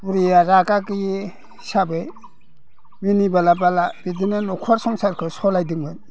बुरैया रागा गैयि हिसाबै मिनिबाला बाला बिदिनो न'खर संसारखौ सालायदोंमोन